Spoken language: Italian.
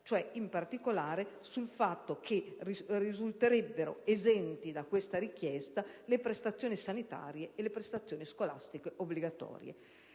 in particolare sul fatto che risulterebbero esenti da questa richiesta le prestazioni sanitarie e scolastiche obbligatorie.